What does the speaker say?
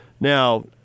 Now